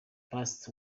post